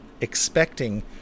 expecting